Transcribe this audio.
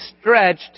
stretched